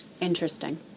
Interesting